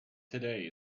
today